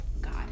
God